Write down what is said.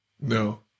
No